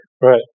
Right